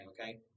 okay